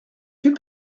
fait